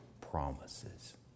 promises